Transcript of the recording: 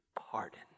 pardon